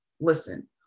listen